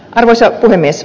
arvoisa puhemies